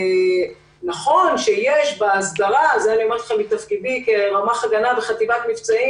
נכון שיש בהסדרה את זה אני אומרת לכם מתפקידי כרמ"ח הגנה בחטיבת מבצעים